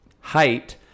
height